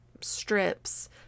strips